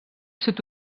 sud